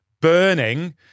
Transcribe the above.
burning